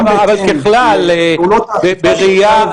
גם בהתאם לפעולות האכיפה שניתן לבצע.